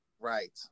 Right